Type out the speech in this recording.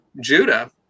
Judah